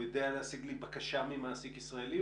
הוא יודע להשיג לי בקשה ממעסיק ישראלי?